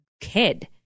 kid